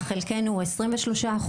חלקינו הוא 23%,